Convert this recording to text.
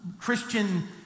Christian